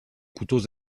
couteaux